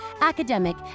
academic